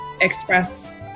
express